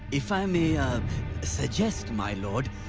if i may suggest, my lord,